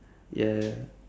ya